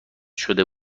شده